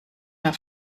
mehr